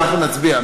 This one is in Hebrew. אנחנו נצביע.